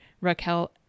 Raquel